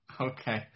okay